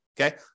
Okay